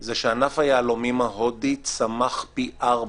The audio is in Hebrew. זה שענף היהלומים ההודי צמח פי ארבעה.